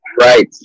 Right